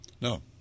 No